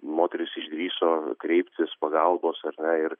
moterys išdrįso kreiptis pagalbos ar ne ir